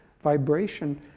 vibration